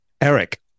Eric